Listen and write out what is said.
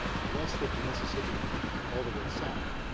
west of the mississippi, and and all the way south.